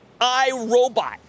iRobot